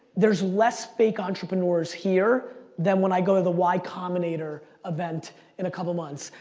there's less fake entrepreneurs here than when i go to the y combinator event in a couple months.